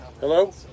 Hello